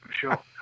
sure